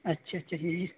اچھا اچھا جی جی